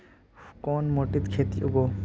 कोन माटित खेती उगोहो?